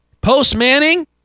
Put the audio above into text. post-Manning